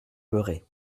beurré